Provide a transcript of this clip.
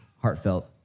heartfelt